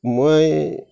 মই